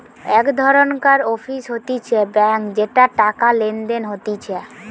এক ধরণকার অফিস হতিছে ব্যাঙ্ক যেটাতে টাকা লেনদেন হতিছে